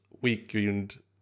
weekend